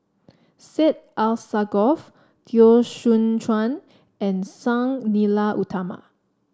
Syed Alsagoff Teo Soon Chuan and Sang Nila Utama